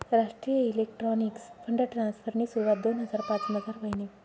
राष्ट्रीय electronics fund ट्रान्स्फरनी सुरवात दोन हजार पाचमझार व्हयनी